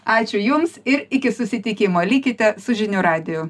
ačiū jums ir iki susitikimo likite su žinių radiju